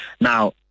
Now